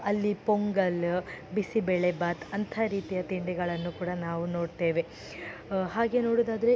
ಅಲ್ಲಿ ಪೊಂಗಲ್ ಬಿಸಿಬೇಳೆ ಭಾತ್ ಅಂತಹ ರೀತಿಯ ತಿಂಡಿಗಳನ್ನು ಕೂಡ ನಾವು ನೋಡ್ತೇವೆ ಹಾಗೆ ನೋಡೋದಾದ್ರೆ